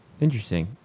Interesting